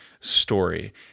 story